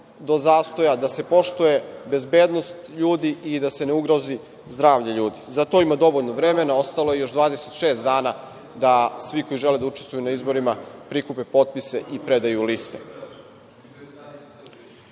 da se poštuje bezbednost ljudi i da se ne ugrozi zdravlje ljudi. Za to ima dovoljno vremena. Ostalo je još 26 dana da svi koji žele da učestvuju na izborima prikupe potpise i predaju liste. Ovaj